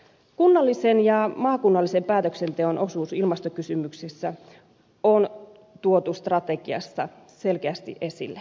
kunnallisen ja maakunnallisen päätöksenteon osuus ilmastokysymyksissä on tuotu strategiassa selkeästi esille